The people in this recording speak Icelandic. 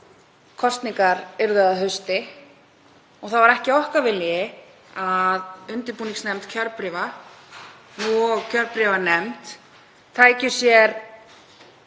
kosningar yrðu að hausti og það var ekki okkar vilji að undirbúningsnefnd kjörbréfa og kjörbréfanefnd tækju sér